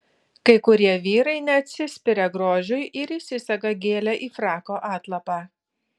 kai kurie vyrai neatsispiria grožiui ir įsisega gėlę į frako atlapą